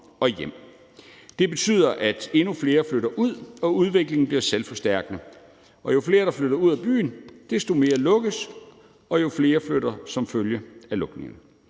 og hjem. Det betyder, at endnu flere flytter, og udviklingen bliver selvforstærkende. Jo flere, der flytter fra landsbyen, desto mere lukkes, og så flytter endnu flere som følge af lukningen.